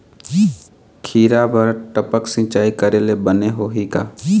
खिरा बर टपक सिचाई करे ले बने होही का?